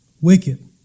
Wicked